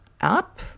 up